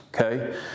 Okay